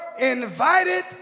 invited